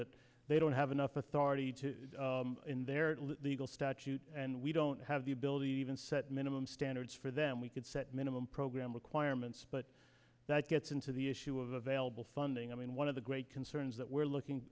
that they don't have enough authority to in their legal statute and we don't have the ability and set minimum standards for them we could set minimum program requirements but that gets into the issue of available funding i mean one of the great concerns that we're looking